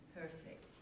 perfect